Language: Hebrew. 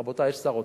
רבותי, יש שר האוצר.